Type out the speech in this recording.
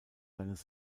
seines